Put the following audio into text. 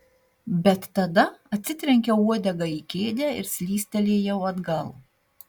bet tada atsitrenkiau uodega į kėdę ir slystelėjau atgal